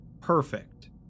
perfect